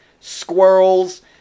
squirrels